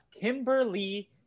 kimberly